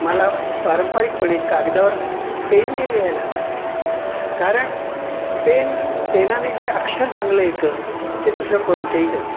मला पारंपरिकपणे कागदावर पेनने लिहायला आवडत कारण पेन पेनाने जे अक्षर चांगलं येत ते दुसऱ्या कोणत्याही